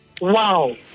Wow